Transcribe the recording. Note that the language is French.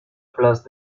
place